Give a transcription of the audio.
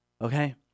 okay